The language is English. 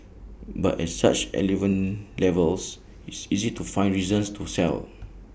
but as such elevated levels it's easy to find reasons to sell